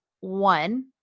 one